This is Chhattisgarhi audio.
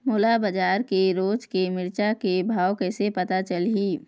मोला बजार के रोज के मिरचा के भाव कइसे पता चलही?